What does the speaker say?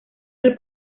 del